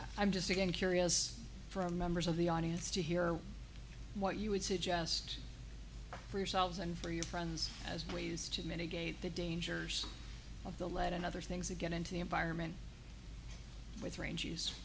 you i'm just again curious from members of the audience to hear what you would suggest for yourselves and for your friends as ways to mitigate the dangers of the lead and other things to get into the environment with ranges